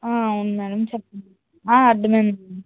అవును మ్యాడమ్ చెప్పండి అర్ధమైంది మ్యాడమ్